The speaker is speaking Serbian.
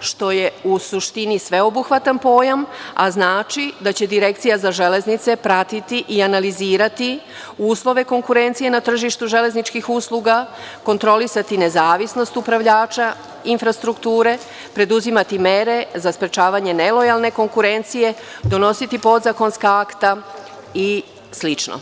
što je u suštini sveobuhvatan pojam, a znači da će Direkcija za železnice pratiti i analizirati uslove konkurencije na tržištu železničkih usluga, kontrolisati nezavisnost upravljača infrastrukture, preduzimati mere za sprečavanje nelojalne konkurencije, donositi podzakonska akta i slično.